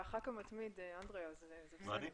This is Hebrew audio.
אתה הח"כ המתמיד, אנדרי, זה בסדר.